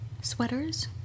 sweaters